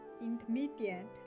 intermediate